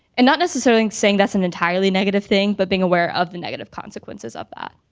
and not necessarily saying that's an entirely negative thing but being aware of the negative consequences of that.